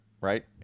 Right